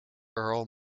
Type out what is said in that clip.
earl